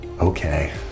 okay